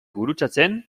gurutzatzen